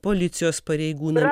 policijos pareigūnam